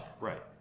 Right